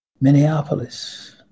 Minneapolis